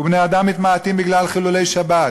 ובני-אדם מתמעטים בגלל חילולי שבת.